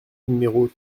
numéros